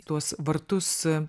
tuos vartus